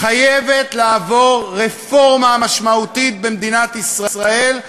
חייבת לעבור רפורמה משמעותית במדינת ישראל,